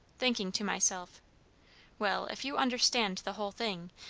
thinking to myself well, if you understand the whole thing,